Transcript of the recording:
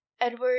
edward